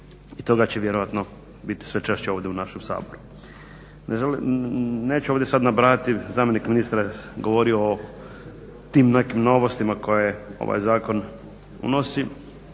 i toga će vjerojatno biti sve češće ovdje u našem Saboru. Neću ovdje sad nabrajati, zamjenik ministra je govorio o tim nekim novostima koje ovaj zakon unosi,